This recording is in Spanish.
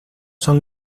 son